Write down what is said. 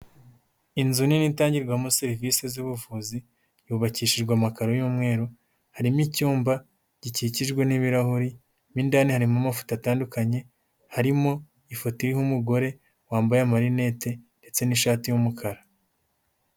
Inzu nini itangirwamo serivisi z'ubuvuzi, yubakishijwe amakaro y'umweru, harimo icyumba gikikijwe n'ibirahuri, mo indani harimo amafoto atandukanye, harimo ifoto iriho umugore wambaye amarinete ndetse n'ishati y'umukara.